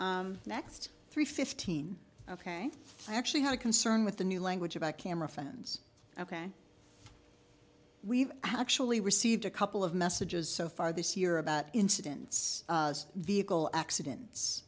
ok next three fifteen ok i actually have a concern with the new language about camera phones ok we've actually received a couple of messages so far this year about incidents vehicle accidents